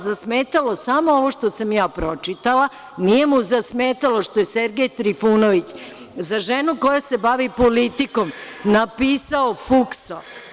Zasmetalo mu je samo ovo što sam ja pročitala, a nije mu zasmetalo što je Sergej Trifunović, za ženu koja se bavi politikom, napisao „fukso“